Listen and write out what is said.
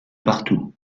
partout